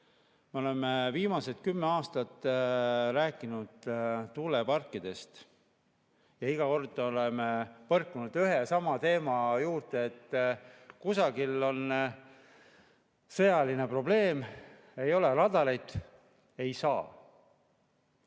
Me oleme viimased kümme aastat rääkinud tuuleparkidest ja iga kord oleme põrkunud ühe ja sama teema vastu, et kusagil on [riigikaitse] probleem. Ei ole radareid, ei saa.